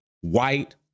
White